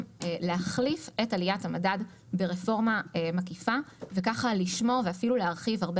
להחליף את עליית המדד ברפורמה מקיפה וכך לשמור ואפילו להרחיב הרבה